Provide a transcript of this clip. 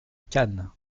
cannes